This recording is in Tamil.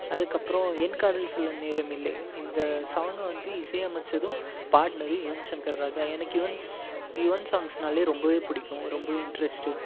அதுக்கப்புறம் என் காதல் சொல்ல நேரமில்லை இந்த சாங்கை வந்து இசையமைத்ததும் பாடினது யுவன் ஷங்கர் ராஜா எனக்கு யுவன்ஸ் யுவன் சாங்ஸ்னாலே ரொம்பவே பிடிக்கும் ரொம்பவே இன்ட்ரெஸ்ட்டு